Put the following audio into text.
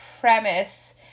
premise